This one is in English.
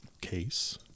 case